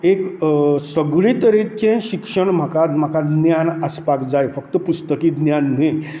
एक सगळे तरेचें शिक्षण म्हाका म्हाका ज्ञान आसपा जाय फक्त पुस्तकी ज्ञान न्ही